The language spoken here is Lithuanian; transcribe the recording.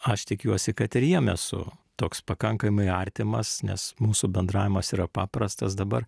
aš tikiuosi kad ir jiem esu toks pakankamai artimas nes mūsų bendravimas yra paprastas dabar